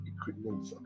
equipment